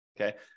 Okay